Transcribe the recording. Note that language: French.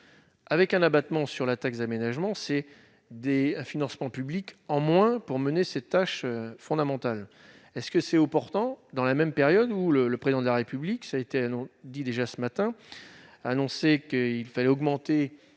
avec un abattement sur la taxe d'aménagement, c'est des financements publics en moins pour mener cette tâche fondamentale, est ce que c'est au portant dans la même période, où le le président de la République, ça a été dit déjà ce matin, a annoncé qu'il fallait augmenter